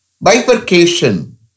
Bifurcation